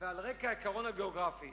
ועל רקע העיקרון הגיאוגרפי